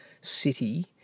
city